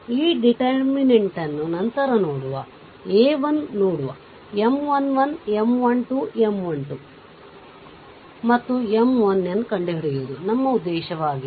ಈ ಡಿಟರ್ಮಿನೆಂಟ್ ನ್ನು ನಂತರ ನೋಡುವ a 1 ನೋಡುವ M 1 1 M 1 2 M 1 2 2ಮತ್ತು M 1n ಕಂಡುಹಿಡಿಯುವುದು ನಮ್ಮ ಉದ್ದೇಶವಾಗಿದೆ